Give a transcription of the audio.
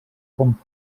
com